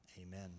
Amen